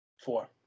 four